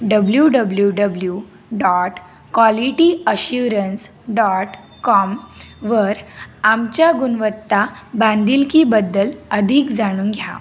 W W W dot quality assurance dot com वर आमच्या गुणवत्ता बांधीलकीबद्दल अधिक जाणून घ्या